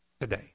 today